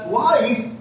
life